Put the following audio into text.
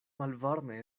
malvarme